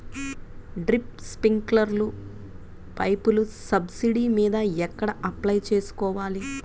Drip, స్ప్రింకర్లు పైపులు subsidy మీద ఎక్కడ అప్లై చేసుకోవాలి?